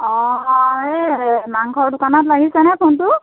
অঁ অঁ মাংসৰ দোকানত লাগিছেনে ফোনটো